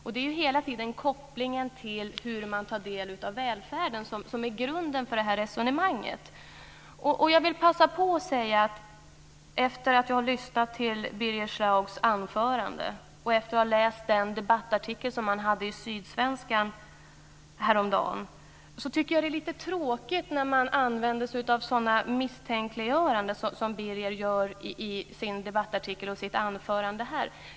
Det är hela tiden kopplingen till hur man tar del av välfärden som är grunden för resonemanget. Efter att ha lyssnat på Birger Schlaugs anförande här och läst den debattartikel som han hade i Sydsvenskan häromdagen, vill jag passa på att säga att det är tråkigt med hans misstänkliggörande.